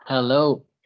Hello